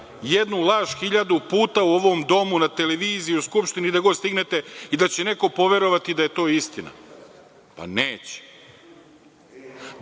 jednu laž hiljadu puta u ovom domu, na televiziji, u Skupštini i gde god stignete, i da će neko poverovati da je to istina? Pa neće. Danas